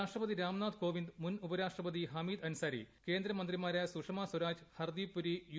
രാഷ്ട്രപതി രാംനാഥ് കോവിന്ദ് മുൻ ഉപരാഷ്ട്രപതി ഹമീദ് അൻസാരി കേന്ദ്രമന്ത്രിമാരായ സുഷമാസ്വരാജ് ഹർദീപ് പുരി യു